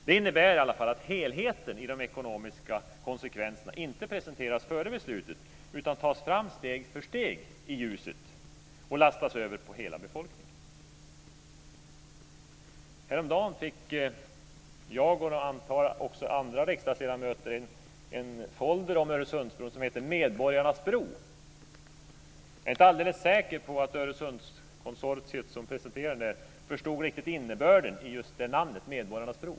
Det innebär i alla fall att helheten i de ekonomiska konsekvenserna inte presenteras före beslutet, utan tas fram i ljuset steg för steg och lastas över på hela befolkningen. Häromdagen fick jag, och även andra riksdagsledamöter antar jag, en folder om Öresundsbron som heter Medborgarnas bro. Jag är inte alldeles säker på att Öresundskonsortiet, som presenterar den, riktigt förstod innebörden i det namnet, Medborgarnas bro.